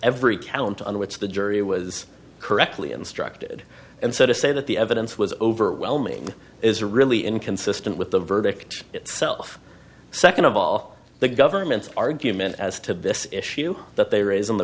every count on which the jury was correctly instructed and so to say that the evidence was overwhelming is really inconsistent with the verdict itself second of all the government's argument as to this issue that they raised in the